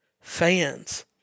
Fans